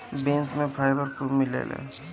beans में fibre खूब मिलेला